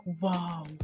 wow